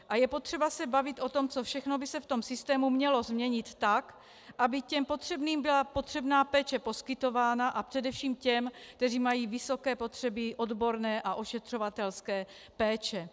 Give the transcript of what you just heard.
A je potřeba se bavit o tom, co všechno by se v tom systému mělo změnit tak, aby potřebným byla potřebná péče poskytována, a především těm, kteří mají vysoké potřeby odborné a ošetřovatelské péče.